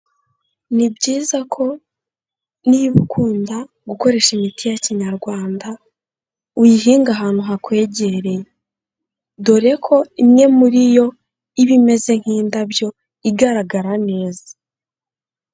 Ni byiza ko niba ukunda gukoresha imiti ya Kinyarwanda uyihinga ahantu hakwegereye, dore ko imwe muri yo iba imeze nk'indabyo igaragara neza.